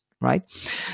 right